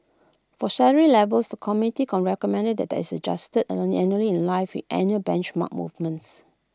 for salary levels the committee recommended that this is adjusted annually in line with annual benchmark movements